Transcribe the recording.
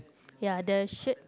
ya the shirt